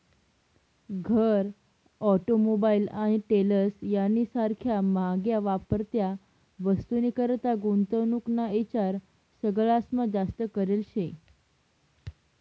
घर, ऑटोमोबाईल आणि ट्रेलर्स यानी सारख्या म्हाग्या वापरत्या वस्तूनीकरता गुंतवणूक ना ईचार सगळास्मा जास्त करेल शे